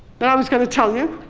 but i was going to tell you,